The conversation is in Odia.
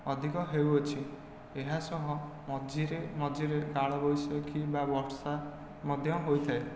ଅଧିକ ହେଉଅଛି ଏହା ସହ ମଝିରେ ମଝିରେ କାଳବୈଶାଖୀ ବା ବର୍ଷା ମଧ୍ୟ ହୋଇଥାଏ